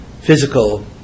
physical